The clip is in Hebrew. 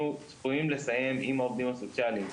אמוריים לסיים עם העובדים הסוציאליים,